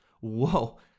Whoa